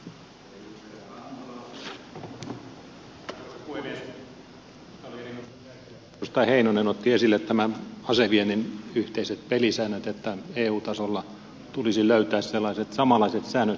minusta oli erinomaisen tärkeätä että edustaja heinonen otti esille aseviennin yhteiset pelisäännöt että eu tasolla tulisi löytää sellaiset samanlaiset säännöt